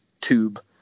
tube